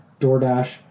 DoorDash